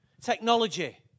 Technology